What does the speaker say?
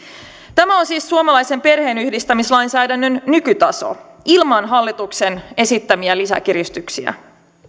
tämä on siis suomalaisen perheenyhdistämislainsäädännön nykytaso ilman hallituksen esittämiä lisäkiristyksiä